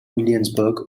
williamsburg